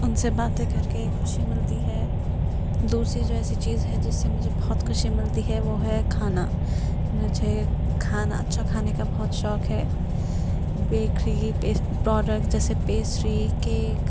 ان سے باتیں کر کے خوشی ملتی ہے دوسری جو ایسی چیز ہے جس سے مجھے بہت خوشی ملتی ہے وہ ہے کھانا مجھے کھانا اچھا کھانے کا بہت شوق ہے بیکری بیس پروڈکٹ جیسے پیسٹری کیک